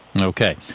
Okay